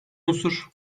unsur